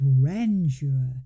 grandeur